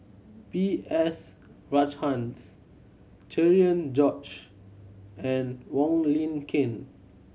B S Rajhans Cherian George and Wong Lin Ken